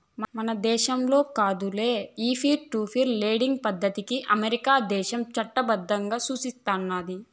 మన దేశంల కాదులే, ఈ పీర్ టు పీర్ లెండింగ్ పద్దతికి అమెరికా దేశం చట్టబద్దంగా సూస్తున్నాది